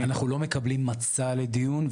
אנחנו לא מקבלים מצא לדיון,